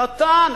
נתן.